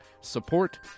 support